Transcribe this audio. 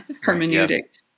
hermeneutics